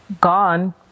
gone